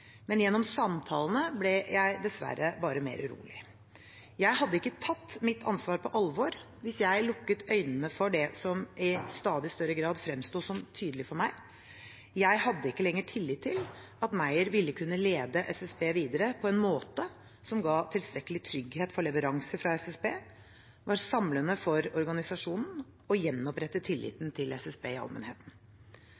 men gjennom samtalene ble jeg dessverre bare mer urolig. Jeg hadde ikke tatt mitt ansvar på alvor hvis jeg lukket øynene for det som i stadig større grad fremsto som tydelig for meg: Jeg hadde ikke lenger tillit til at Meyer ville kunne lede SSB videre på en måte som ga tilstrekkelig trygghet for leveranser fra SSB, var samlende for organisasjonen